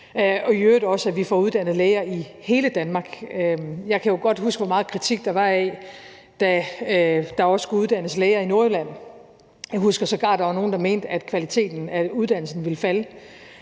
og i øvrigt også, at vi får uddannet læger i hele Danmark, en vigtig rolle. Jeg kan godt huske, hvor meget kritik der var af det, da der også skulle uddannes læger i Nordjylland. Jeg husker sågar, at der var nogle, der mente, at kvaliteten af uddannelsen ville falde,